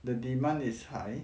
the demand is high